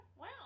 Wow